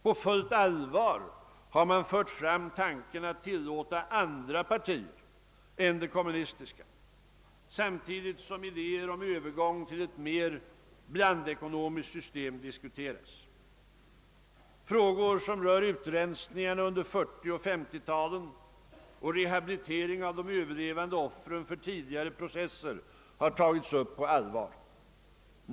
På fullt allvar har man fört fram tanken att tillåta andra partier än det kommunistiska samtidigt som idéer om Övergång till ett mer blandekonomiskt system =<diskuterats. Frågor som rör utrensningarna under 1940 och 1950-talen och rehabilitering av de överlevande offren för tidigare utrensningar har tagits upp på allvar.